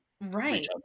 right